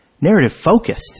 Narrative-focused